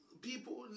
People